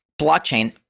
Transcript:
blockchain